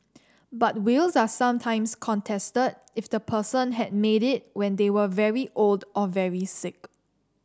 but wills are sometimes contested if the person had made it when they were very old or very sick